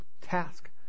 task